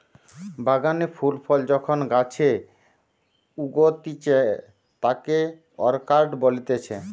বাগানে ফুল ফল যখন গাছে উগতিচে তাকে অরকার্ডই বলতিছে